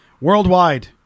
Worldwide